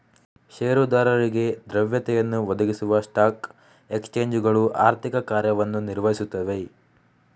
ಷೇರುದಾರರಿಗೆ ದ್ರವ್ಯತೆಯನ್ನು ಒದಗಿಸುವಲ್ಲಿ ಸ್ಟಾಕ್ ಎಕ್ಸ್ಚೇಂಜುಗಳು ಆರ್ಥಿಕ ಕಾರ್ಯವನ್ನು ನಿರ್ವಹಿಸುತ್ತವೆ